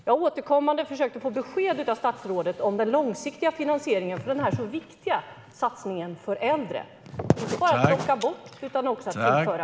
Jag har återkommande försökt få besked av statsrådet om den långsiktiga finansieringen av denna viktiga satsning för äldre.